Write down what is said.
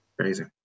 Crazy